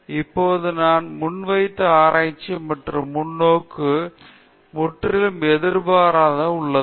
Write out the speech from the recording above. இப்போது நான் முன்வைத்த ஆராய்ச்சி மற்றும் முன்னோக்கு முற்றிலும் எதிர்மாறாக உள்ளது